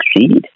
succeed